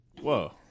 Whoa